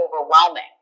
overwhelming